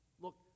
Look